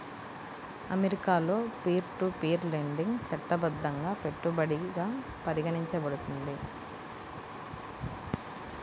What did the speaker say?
అమెరికాలో peer to peer lending చట్టబద్ధంగా పెట్టుబడిగా పరిగణించబడుతుంది